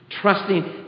Trusting